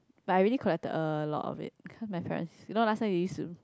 but I really collect a lot of it because my parents you know last time we use to